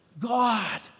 God